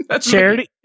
Charity